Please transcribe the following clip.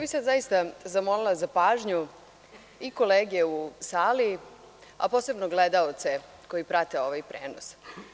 Sada bih zaista zamolila za pažnju i kolege u sali, a posebno gledaoce koji prate ovaj prenos.